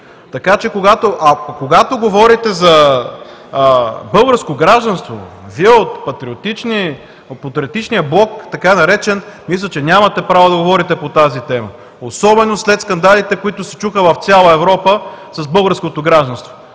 Когато говорите за българско гражданство, Вие от така наречения патриотичен блок, мисля, че нямате право да говорите по тази тема, особено след скандалите, които се чуха в цяла Европа с българското гражданство